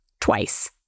twice